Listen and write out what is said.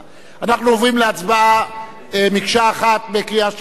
אנחנו עוברים להצבעה מקשה אחת בקריאה שנייה ושלישית